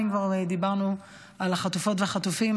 אם כבר דיברנו על החטופות והחטופים,